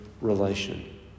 relation